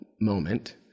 moment